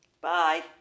Bye